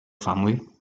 family